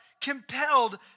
compelled